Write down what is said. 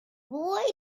boy